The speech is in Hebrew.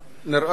נראה לי,